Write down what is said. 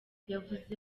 yavuze